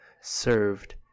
served